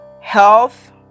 health